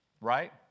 right